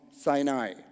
Sinai